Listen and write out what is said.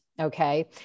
okay